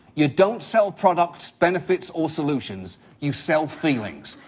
you don't sell products, benefits or solutions, you sell feelings.